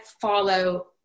follow